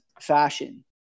fashion